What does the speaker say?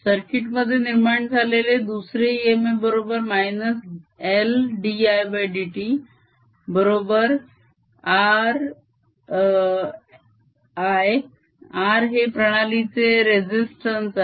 circuit मध्ये निर्माण झालेले दुसरे इएमएफ बरोबर -LdIdt बरोबर r I r हे प्रणालीचे रेसिस्तंस आहे